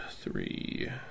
Three